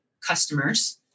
customers